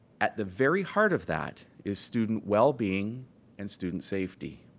at the very heart of that is student well-being and student safety.